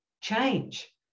change